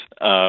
yes